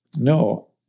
No